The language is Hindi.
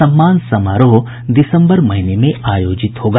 सम्मान समारोह दिसंबर महीने में आयोजित होगा